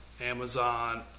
Amazon